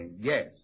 Yes